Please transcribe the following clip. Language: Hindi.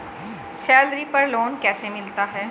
सैलरी पर लोन कैसे मिलता है?